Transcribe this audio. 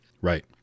Right